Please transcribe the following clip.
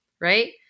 right